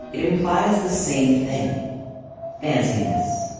it implies the same thing fanciness.